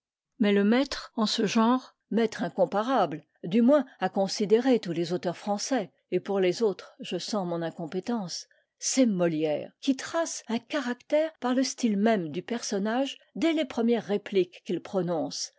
mais le maître en ce genre maître incomparable du moins à considérer tous les auteurs français et pour les autres je sens mon incompétence c'est molière qui trace un caractère par le style même du personnage dès les premières répliques qu'il prononce